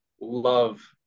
love